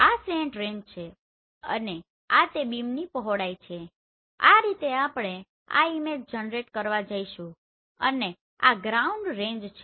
આ slant range છે અને આ તે બીમની પહોળાઈ છે આ રીતે આપણે આ ઈમેજ જનરેટ કરવા જઈશું અને આ ગ્રાઉન્ડ રેંજ છે